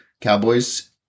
Cowboys